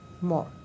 more